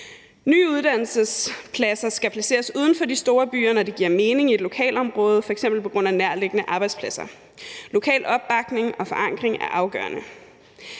Nye uddannelsespladser skal placeres uden for de store byer, når det giver mening i et lokalområde, f.eks. på grund af nærtliggende arbejdspladser. Lokal opbakning og forankring er afgørende.